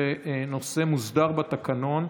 זה נושא מוסדר בתקנון.